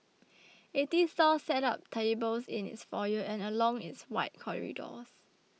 eighty stalls set up tables in its foyer and along its wide corridors